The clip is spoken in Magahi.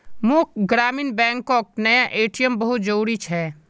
मोक ग्रामीण बैंकोक नया ए.टी.एम बहुत जरूरी छे